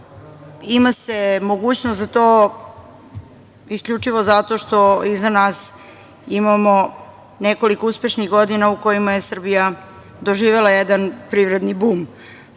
Ima se mogućnost za to isključivo zato što iza nas imamo nekoliko uspešnih godina u kojima je Srbija doživela jedan privredni bum. Prvi